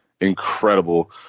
incredible